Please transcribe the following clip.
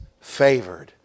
favored